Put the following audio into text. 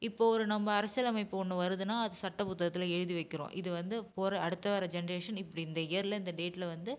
இப்போது ஒரு நம்ம அரசியல் அமைப்பு ஒன்று வருதுனா அது சட்ட புத்தகத்தில் எழுதி வைக்கிறோம் இது வந்து போகிற அடுத்த வர ஜென்ரேஷன் இப்படி இந்த இயரில் இந்த டேட்டில் வந்து